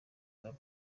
club